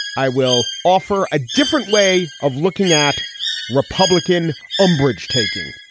i will offer a different way of looking at republican umbrage taking.